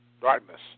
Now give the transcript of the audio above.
darkness